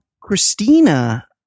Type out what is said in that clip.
Christina